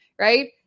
right